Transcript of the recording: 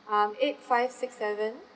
um eight five six seven